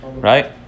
Right